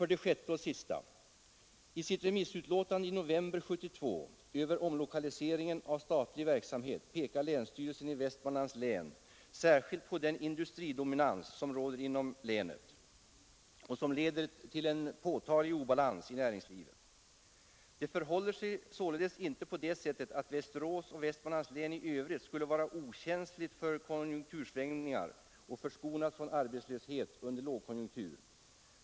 I sitt remissutlåtande i november 1972 över omlokaliseringen av statlig verksamhet pekar länsstyrelsen i Västmanlands län särskilt på den industridominans som råder inom länet och som leder till en påtaglig obalans i näringslivet. Det förhåller sig således inte på det sättet att Västerås och Västmanlands län i övrigt skulle vara okänsligt för konjunktursvängningar och förskonat från arbetslöshet under lågkonjunkturer.